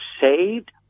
saved